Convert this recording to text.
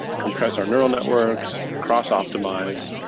compress our neural networks, cross-optimize.